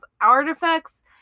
artifacts